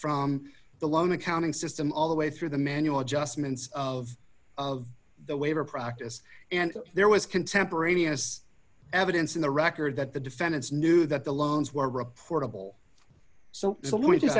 from the loan accounting system all the way through the manual adjustments of of the waiver practice and there was contemporaneous evidence in the record that the defendants knew that the loans